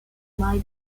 ormai